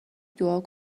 دعا